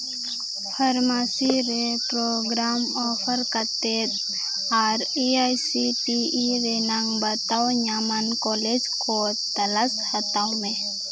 pharmacy ᱨᱮ programme offer ᱠᱟᱛᱮ ᱟᱨ A I C T E ᱨᱮᱱᱟᱝ ᱵᱟᱛᱟᱣ ᱧᱟᱢᱟᱱ ᱠᱚᱞᱮᱡᱽ ᱠᱚ ᱛᱟᱞᱟᱥ ᱦᱟᱛᱟᱣ ᱢᱮ